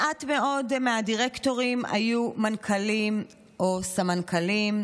מעט מאוד מהדירקטורים היו מנכ"לים או סמנכ"לים,